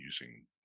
using